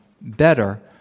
better